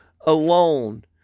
alone